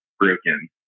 broken